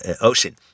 ocean